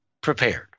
prepared